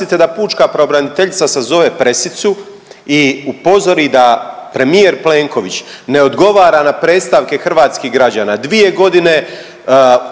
da pučka pravobraniteljica sazove pressicu i upozori da premijer Plenković ne odgovara na predstavke hrvatskih građana, 2 godine